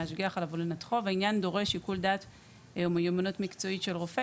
להשגיח עליו או לנתחו והעניין דורש פקודה או מיומנות מקצועית של רופא,